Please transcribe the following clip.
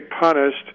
punished